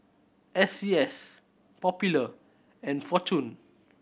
S C S Popular and Fortune